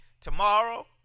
Tomorrow